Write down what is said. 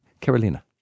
Carolina